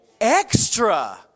extra